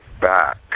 back